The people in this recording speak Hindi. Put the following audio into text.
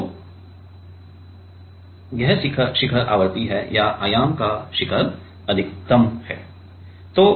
तो यह शिखर आवृत्ति है या आयाम का शिखर अधिकतम है